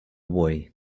way